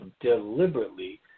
deliberately